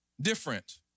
different